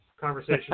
conversation